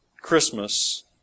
Christmas